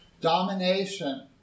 domination